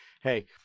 Hey